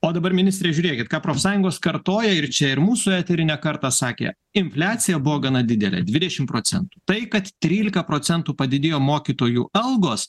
o dabar ministre žiūrėkit ką profsąjungos kartoja ir čia ir mūsų etery ne kartą sakė infliacija buvo gana didelė dvidešimt procentų tai kad trylika procentų padidėjo mokytojų algos